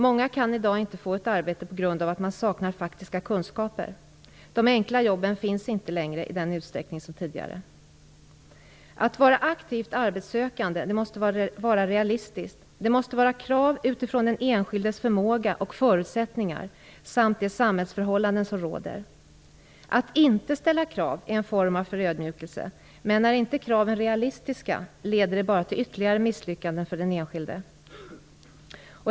Många kan i dag inte få ett arbete på grund av att de saknar faktiska kunskaper. De enkla jobben finns inte längre i samma utsträckning som tidigare. Att vara aktivt arbetssökande måste vara realistiskt. Det måste handla om krav utifrån den enskildes förmåga och förutsättningar samt utifrån de samhällsförhållanden som råder. Att inte ställa krav är en form av förödmjukelse, men är inte kraven realistiska leder de bara till ytterligare misslyckanden för den enskilde.